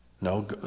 No